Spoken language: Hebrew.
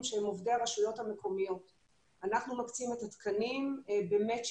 מישהו נמצא איתם בקשר?